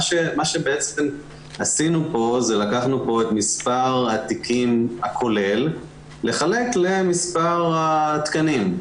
מה שבעצם עשינו זה לקחנו את מספר התיקים הכולל לחלק למספר התקנים.